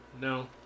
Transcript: No